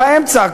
באמצע,